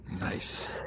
Nice